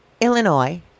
Illinois